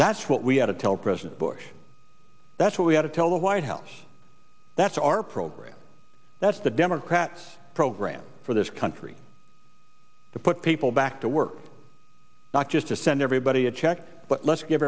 that's what we had to tell president bush that's what we had to tell the white house that's our program that's the democrats program for this country to put people back to work not just to send everybody a check but let's give